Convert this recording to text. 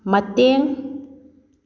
ꯃꯇꯦꯡ